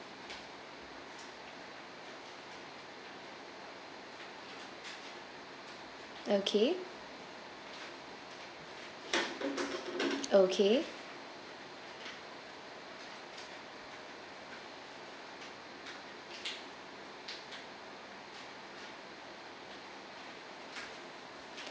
okay okay